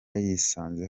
yisanze